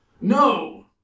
No